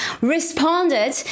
responded